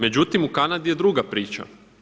Međutim u Kanadi je druga priča.